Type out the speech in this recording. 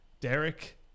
Derek